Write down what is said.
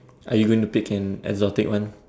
are you going to pick an exotic one